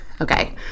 Okay